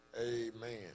Amen